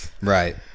Right